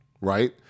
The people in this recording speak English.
right